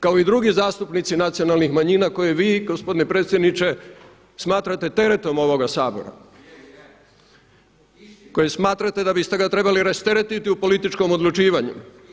Kao i drugi zastupnici nacionalnih manjina koje vi gospodine predsjedniče smatrate teretom ovoga Sabora, koji smatrate da biste ga trebali rasteretiti u političkom odlučivanju.